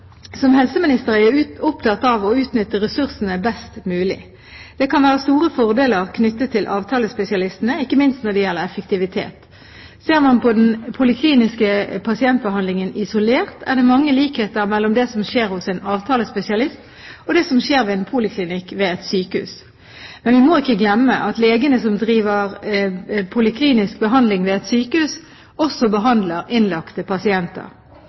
Som helseminister er jeg opptatt av å utnytte ressursene best mulig. Det kan være store fordeler knyttet til avtalespesialistene, ikke minst når det gjelder effektivitet. Ser man på den polikliniske pasientbehandlingen isolert, er det mange likheter mellom det som skjer hos en avtalespesialist, og det som skjer ved en poliklinikk ved et sykehus. Men vi må ikke glemme at legene som driver poliklinisk behandling ved et sykehus, også behandler innlagte pasienter.